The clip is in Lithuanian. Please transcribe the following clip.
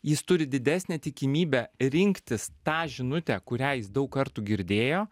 jis turi didesnę tikimybę rinktis tą žinutę kurią jis daug kartų girdėjo